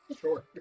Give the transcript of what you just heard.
Sure